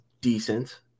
decent